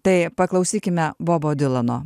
tai paklausykime bobo dilano